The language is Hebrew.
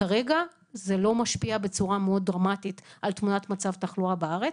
כרגע זה לא משפיע בצורה מאוד דרמטית על תמונת מצב תחלואה בארץ.